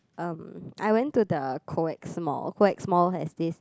um I went to the Coex-Mall Coex-Mall has this